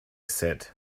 said